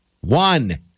One